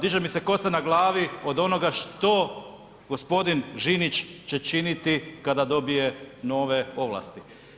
Diže mi se kosa na glavi od onoga što gospodin Žinić će činiti kada dobije nove ovlasti.